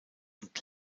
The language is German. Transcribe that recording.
und